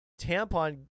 Tampon